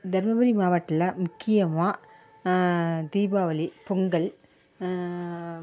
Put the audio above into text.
தர்மபுரி மாவட்ல முக்கியமாக தீபாவளி பொங்கல்